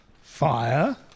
Fire